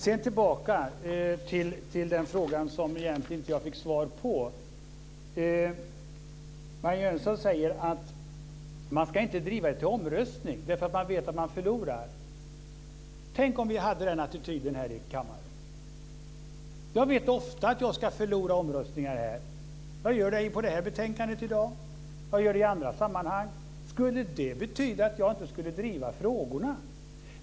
Sedan vill jag gå tillbaka till den fråga som jag egentligen inte fick svar på. Marianne Jönsson säger att man inte ska driva det här till omröstning för man vet att man förlorar. Tänk om vi hade den attityden här i kammaren! Jag vet ofta att jag ska förlora omröstningar här. Jag gör det i fråga om det här betänkandet i dag och jag gör det i andra sammanhang. Skulle det betyda att jag inte skulle driva frågorna?